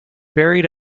buried